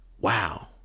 wow